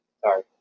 Sorry